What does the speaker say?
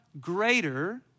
greater